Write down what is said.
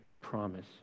promise